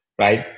right